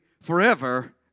forever